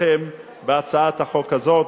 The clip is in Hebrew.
תמיכתכם בהצעת החוק הזאת,